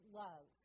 love